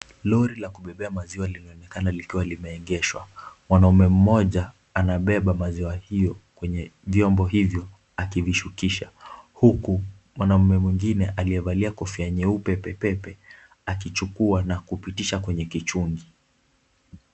Lori la kubebea maziwa linaonekana likiwa limeegeshwa. Mwanaume mmoja anabeba maziwa hiyo kwenye vyombo hivyo akivishukisha, huku mwanamume mwingine aliyevalia kofia nyeupe pepepe akichukua na kupitisha kwenye kichungi.